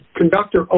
conductor